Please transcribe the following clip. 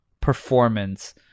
performance